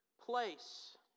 place